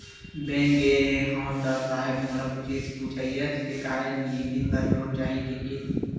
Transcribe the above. Bank गे रेहे हंव ता साहेब मोला पूछिस पुछाइस के काय जिनिस बर लोन चाही कहिके?